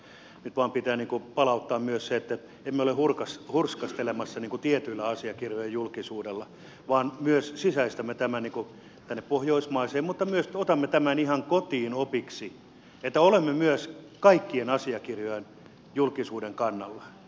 nyt vain pitää palauttaa myös se että emme ole hurskastelemassa tiettyjen asiakirjojen julkisuudella vaan myös sisäistämme tämän tänne pohjoismaihin otamme tämän myös ihan kotiin opiksi että olemme myös kaikkien asiakirjojen julkisuuden kannalla